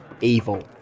evil